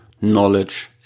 knowledge